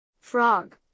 Frog